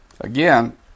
again